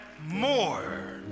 more